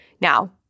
Now